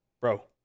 bro